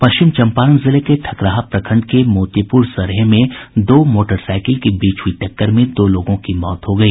पश्चिम चंपारण जिले के ठकराहा प्रखंड के मोतिपुर सरेह में दो मोटरसाइकिल के बीच हुई टक्कर में दो लोगों की मौत हो गई